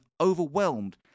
overwhelmed